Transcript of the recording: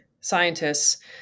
scientists